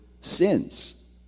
sins